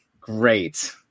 Great